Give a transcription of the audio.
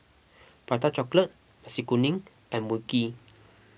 Prata Chocolate Nasi Kuning and Mui Kee